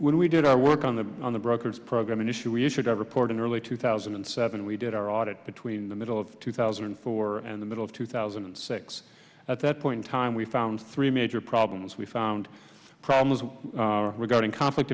when we did our work on the on the broker's program an issue we should have reported early two thousand and seven we did our audit between the middle of two thousand and four and the middle of two thousand and six at that point time we found three major problems we found problems with regarding conflict